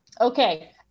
okay